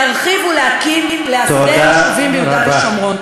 להרחיב ולהקים ולהסדיר יישובים ביהודה שומרון.